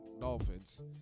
Dolphins